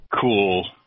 cool